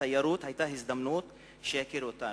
התיירות היתה הזדמנות שיכירו אותנו.